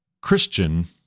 Christian